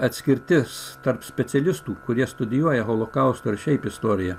atskirtis tarp specialistų kurie studijuoja holokausto ir šiaip istoriją